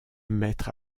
mettre